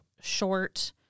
short